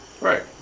Right